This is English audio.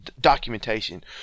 documentation